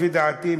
לפי דעתי,